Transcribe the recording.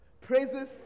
praises